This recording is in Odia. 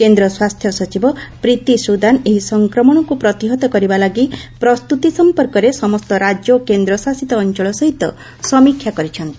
କେନ୍ଦ୍ର ସ୍ୱାସ୍ଥ୍ୟ ସଚିବ ପ୍ରୀତି ସ୍ୱଦାନ୍ ଏହି ସଂକ୍ରମଣକୁ ପ୍ରତିହତ କରିବା ଲାଗି ପ୍ରସ୍ତୁତି ସମ୍ପର୍କରେ ସମସ୍ତ ରାଜ୍ୟ ଓ କେନ୍ଦ୍ରଶାସିତ ଅଞ୍ଚଳ ସହିତ ସମୀକ୍ଷା କରିଚ୍ଚନ୍ତି